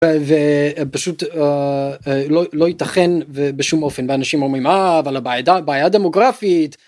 פשוט לא ייתכן בשום אופן ואנשים אומרים אבל הבעיה הדמוגרפית.